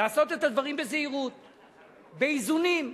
לעשות את הדברים בזהירות, באיזונים,